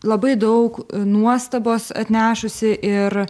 labai daug nuostabos atnešusi ir